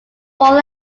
fall